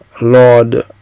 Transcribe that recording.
Lord